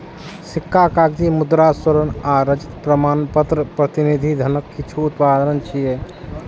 सिक्का, कागजी मुद्रा, स्वर्ण आ रजत प्रमाणपत्र प्रतिनिधि धनक किछु उदाहरण छियै